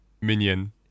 minion